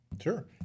Sure